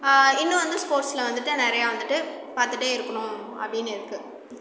இன்னும் வந்து ஸ்போர்ட்ஸில் வந்துவிட்டு நிறையா வந்துவிட்டு பார்த்துட்டே இருக்கணும் அப்படின்னு இருக்கு